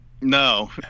No